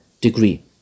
degree